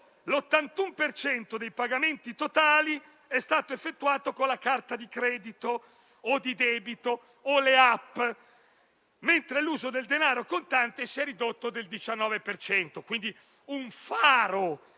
cento dei pagamenti totali è stato effettuato con le carte di credito o di debito o con le *app*, mentre l'uso del denaro contante si è ridotto al 19 per cento.